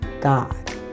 God